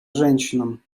женщинам